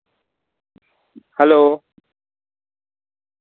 hello